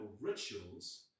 rituals